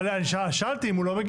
אבל אני שאלתי, אם הוא לא מגיע?